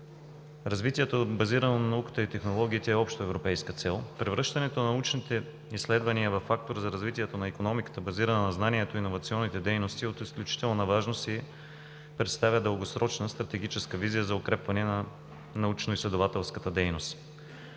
Развитието, базирано на науката и технологиите, е обща европейска цел. Превръщането на научните изследвания във фактор за развитието на икономиката, базирана на знанието и на иновационните дейности, е от изключителна важност и представя дългосрочна стратегическа визия за укрепване на научно-изследователската дейност.